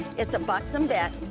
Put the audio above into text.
it's a buxom bit.